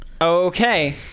Okay